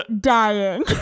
dying